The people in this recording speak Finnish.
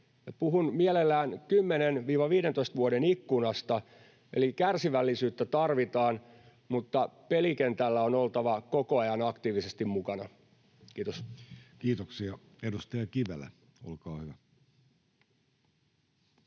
Puhun mielelläni 10—15 vuoden ikkunasta, eli kärsivällisyyttä tarvitaan, mutta pelikentällä on oltava koko ajan aktiivisesti mukana. — Kiitos. [Speech 110] Speaker: